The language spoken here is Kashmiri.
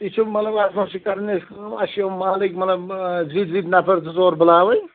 یہِ چھُ مطلب اَتھ منٛز چھُ کَرٕنۍ اَسہِ کٲم اَسہِ چھِ یِم محلٕکۍ مطلب زِٹھۍ زِٹھۍ نَفر زٕ ژور بُلاوٕنۍ